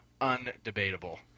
undebatable